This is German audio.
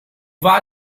war